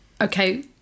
okay